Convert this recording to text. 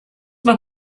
noch